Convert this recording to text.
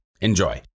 Enjoy